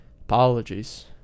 Apologies